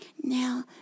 now